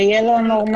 זה יהיה לא נורמלי.